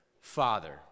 Father